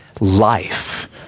Life